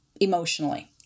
emotionally